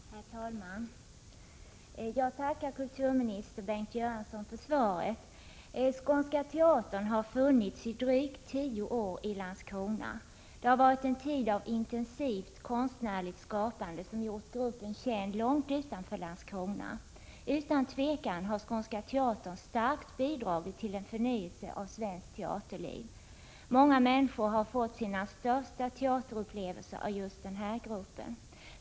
Herr talman! Jag tackar kulturminister Bengt Göransson för svaret. Skånska teatern har funnits under drygt tio år i Landskrona. Det har varit en tid av intensivt konstnärligt skapande som gjort gruppen känd långt utanför Landskrona. Utan tvekan har Skånska teatern starkt bidragit till en förnyelse av svenskt teaterliv. Många människor har fått sina största teaterupplevelser genom just den här gruppen.